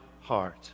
heart